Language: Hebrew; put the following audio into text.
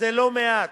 וזה לא מעט